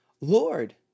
Lord